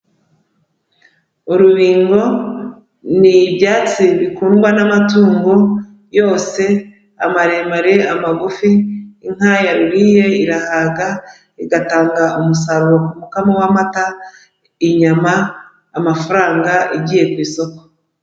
Urubingo ni ibyatsi bikundwa n'amatungo yose maremare, amagufi, inka yaruriye irahaga igatanga umusaruro k'umukamo w'amata, inyama, amafaranga igiye ku isoko.